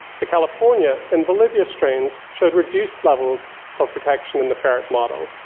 the california and bolivia strains showed reduced levels of protection in the ferret model,